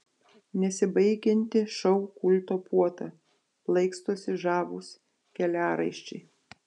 nesibaigianti šou kulto puota plaikstosi žavūs keliaraiščiai